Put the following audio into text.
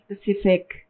specific